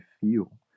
feel